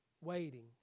waiting